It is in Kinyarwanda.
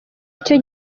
icyo